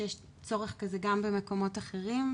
יש צורך כזה גם במקומות אחרים,